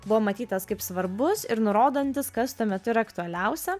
buvo matytas kaip svarbus ir nurodantis kas tuomet yra aktualiausia